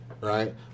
Right